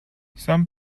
some